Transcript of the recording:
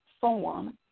form